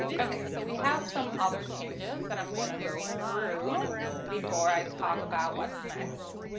okay. so we have some other changes that i'm going to go through before i talk about what's next.